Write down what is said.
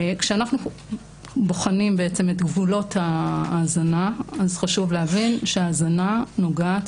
כשאנחנו בוחנים את גבולות ההאזנה אז חשוב להבין שההאזנה נוגעת